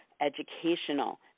educational